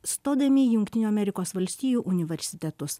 stodami į jungtinių amerikos valstijų universitetus